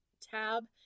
tab